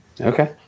Okay